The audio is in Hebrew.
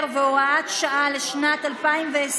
10 והוראת שעה לשנת 2020)